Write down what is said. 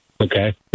Okay